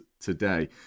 today